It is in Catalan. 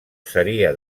seria